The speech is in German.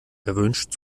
erwünscht